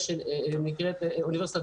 אוניברסיטה